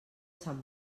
sant